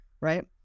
right